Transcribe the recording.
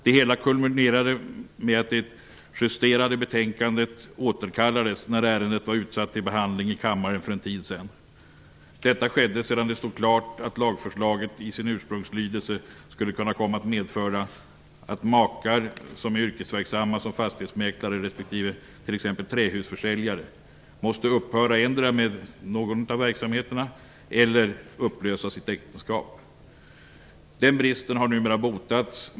Det hela kulminerade i att det justerade betänkandet återkallades när ärendet var utsatt för behandling i kammaren för en tid sedan. Detta skedde sedan det stod klart att lagförslaget i sin ursprungslydelse skulle kunna komma att medföra att makar, som är yrkesverksamma som fastighetsmäklare respektive t.ex. trähusförsäljare, endera måste upphöra med någon av verksamheterna eller upplösa sitt äktenskap. Den bristen har numera botats.